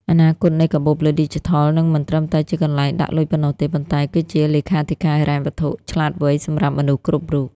អនាគតនៃកាបូបលុយឌីជីថល នឹងមិនត្រឹមតែជាកន្លែងដាក់លុយប៉ុណ្ណោះទេ ប៉ុន្តែគឺជា "លេខាធិការហិរញ្ញវត្ថុឆ្លាតវៃ" សម្រាប់មនុស្សគ្រប់រូប។